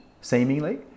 seemingly